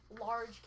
large